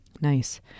Nice